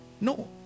No